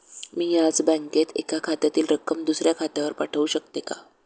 मी याच बँकेत एका खात्यातील रक्कम दुसऱ्या खात्यावर पाठवू शकते का?